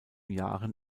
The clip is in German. jahren